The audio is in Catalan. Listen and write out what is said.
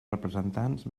representants